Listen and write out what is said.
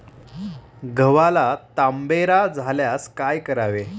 गव्हाला तांबेरा झाल्यास काय करावे?